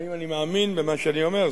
האם אני מאמין במה שאני אומר?